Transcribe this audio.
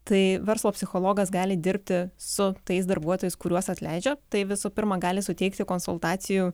tai verslo psichologas gali dirbti su tais darbuotojais kuriuos atleidžia tai visų pirma gali suteikti konsultacijų